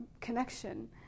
connection